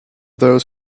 those